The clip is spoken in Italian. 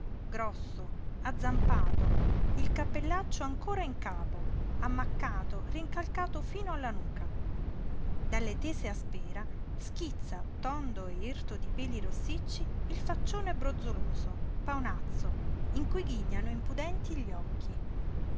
grosso azzampato il cappellaccio ancora in capo ammaccato rincalcato fino alla nuca dalle tese a spera schizza tondo e irto di peli rossicci il faccione brozzoloso paonazzo in cui ghignano impudenti gli occhi